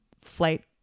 flight